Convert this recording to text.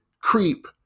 creep